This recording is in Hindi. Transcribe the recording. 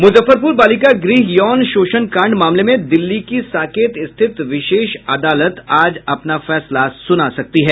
मुजफ्फरपुर बालिका गृह यौन शोषण कांड मामले में दिल्ली की साकेत स्थित विशेष अदालत आज अपना फैसला सुना सकती है